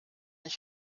ich